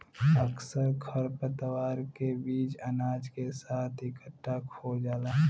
अक्सर खरपतवार के बीज अनाज के साथ इकट्ठा खो जाला